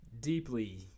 deeply